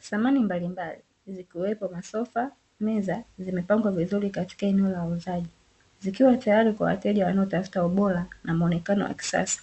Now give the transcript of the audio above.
Samani mbalimbali zikiwepo masofa, meza, zimepangwa vizuri katika eneo la uuzaji zikiwa tayari kwa wateja wanaotafuta ubora na muonekano wa kisasa,